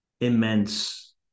immense